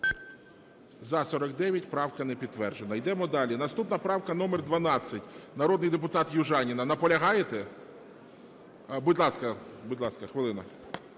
За-49 Правка не підтверджена. Ідемо далі. Наступна правка номер 12, народний депутат Южаніна. Наполягаєте? Будь ласка. Будь ласка, хвилина.